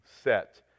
set